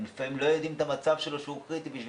הם לפעמים לא יודעים שהמצב שלו קריטי כדי